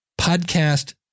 podcast